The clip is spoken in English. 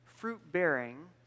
Fruit-bearing